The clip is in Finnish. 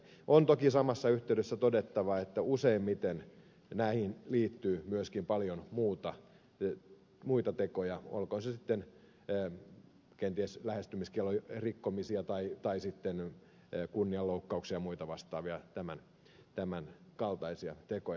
on toki samassa yhteydessä todettava että useimmiten näihin liittyy myöskin paljon muita tekoja olkoot ne sitten kenties lähestymiskiellon rikkomisia tai sitten kunnianloukkauksia ja muita vastaavia tämänkaltaisia tekoja